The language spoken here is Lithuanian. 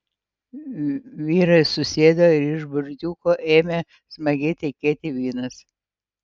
vyrai susėdo ir iš burdiuko ėmė smagiai tekėti vynas